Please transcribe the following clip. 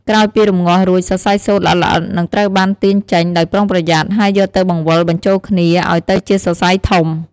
ក្រោយពីរំងាស់រួច សរសៃសូត្រល្អិតៗនឹងត្រូវបានទាញចេញដោយប្រុងប្រយ័ត្ន ហើយយកទៅបង្វិលបញ្ចូលគ្នាឲ្យទៅជាសរសៃធំ។